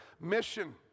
mission